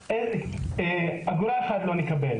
לא נקבל אגורה אחת.